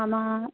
मम